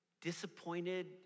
disappointed